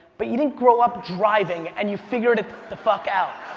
but you didn't grow up driving and you figured it the fuck out.